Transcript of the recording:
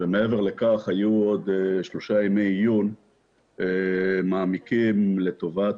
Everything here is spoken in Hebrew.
מעבר לכך היו עוד שלושה ימי עיון מעמיקים לטובת